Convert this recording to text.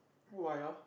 why ah